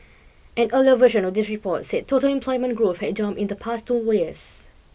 an earlier version of this report said total employment growth had jumped in the past two wills